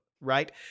right